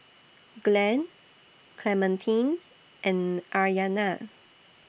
Glen Clementine and Aryana